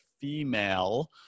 female